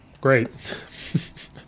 Great